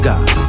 God